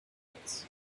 pits